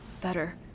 better